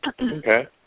Okay